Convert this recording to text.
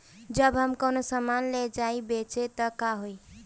जब हम कौनो सामान ले जाई बेचे त का होही?